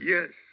Yes